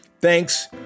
Thanks